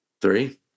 Three